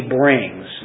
brings